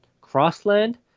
crossland